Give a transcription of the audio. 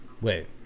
Wait